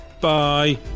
bye